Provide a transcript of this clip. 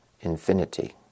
infinity